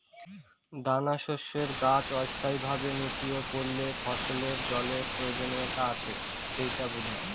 দানাশস্যের গাছ অস্থায়ীভাবে নেতিয়ে পড়লে ফসলের জলের প্রয়োজনীয়তা আছে সেটা বোঝায়